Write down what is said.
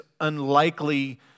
unlikely